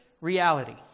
reality